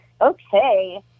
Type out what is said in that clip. Okay